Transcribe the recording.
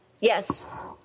Yes